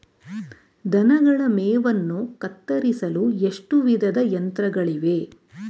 ದನಗಳ ಮೇವನ್ನು ಕತ್ತರಿಸಲು ಎಷ್ಟು ವಿಧದ ಯಂತ್ರಗಳಿವೆ?